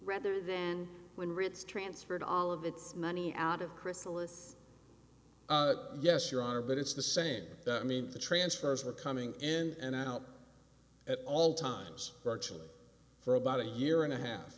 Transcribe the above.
rather than when ritz transferred all of its money out of chrysalis yes your honor but it's the same i mean the transfers were coming in and out at all times virtually for about a year and a half